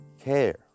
care